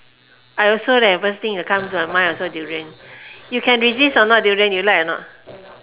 I also eh first thing that come to my mind also durian you can resist or not durian you like or not